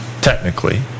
technically